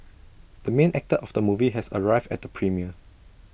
the main actor of the movie has arrived at the premiere